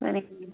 சரிங்க மேம்